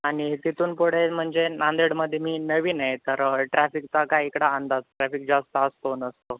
आणि तिथून पुढे म्हणजे नांदेडमध्ये मी नवीन आहे तर ट्रॅफिकचा काय इकड अंदाज ट्रॅफिक जास्त असतो नसतो